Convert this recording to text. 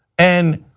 and